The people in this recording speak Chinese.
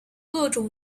各种